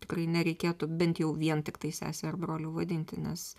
tikrai nereikėtų bent jau vien tiktai sese ar broliu vadinti nes